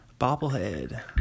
Bobblehead